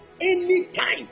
Anytime